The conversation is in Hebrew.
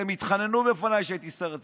והם התחננו בפניי כשהייתי שר התקשורת.